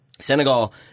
Senegal